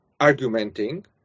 argumenting